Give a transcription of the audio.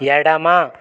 ఎడమ